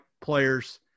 players